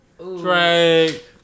Drake